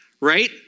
right